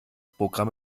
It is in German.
programm